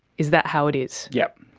is that how it is? yes.